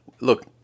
look